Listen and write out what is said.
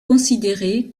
considérés